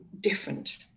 different